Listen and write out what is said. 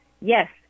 Yes